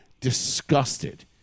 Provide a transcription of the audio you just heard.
disgusted